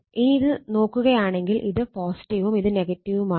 ഇനി ഇത് നോക്കുകയാണെങ്കിൽ ഇത് ഉം ഇത് ഉം ആണ്